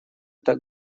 так